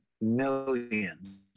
millions